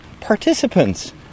participants